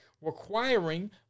requiring